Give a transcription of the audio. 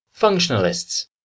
Functionalists